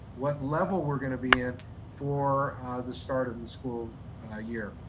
what level we're going to be in for the start of the school year